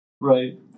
Right